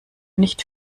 nicht